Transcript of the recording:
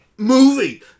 movie